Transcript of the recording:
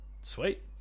Sweet